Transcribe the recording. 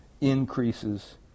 increases